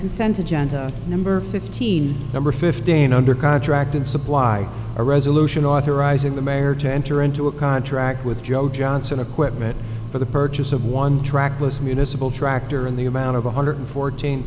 consent agenda number fifteen number fifteen under contract and supply a resolution authorizing the mayor to enter into a contract with joe johnson equipment for the purchase of one trackless municipal tractor in the amount of one hundred fourteen